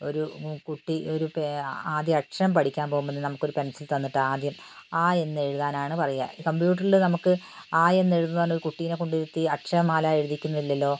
ഒരു കുട്ടി ഒരു ആദ്യം അക്ഷരം പഠിക്കാൻ പോവുമ്പം തന്നെ നമുക്കൊരു പെൻസിൽ തന്നിട്ട് ആദ്യം ആ എന്ന് എഴുതാൻ ആണ് പറയുക കമ്പ്യൂട്ടറിൽ നമുക്ക് ആ എന്ന് എഴുതുന്നതിന് ഒരു കുട്ടിയെക്കൊണ്ടിരുത്തി അക്ഷരമാല എഴുതിക്കുന്നില്ലല്ലോ